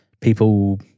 people